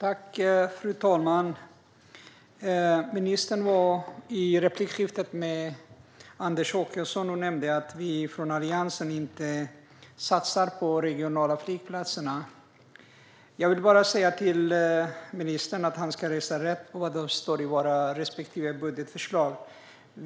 Fru talman! Ministern sa i replikskiftet med Anders Åkesson att vi i Alliansen inte satsar på regionala flygplatser. Jag vill bara säga till ministern att han ska läsa på vad det står i våra respektive budgetförslag.